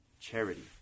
charity